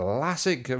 Classic